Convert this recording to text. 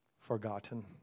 forgotten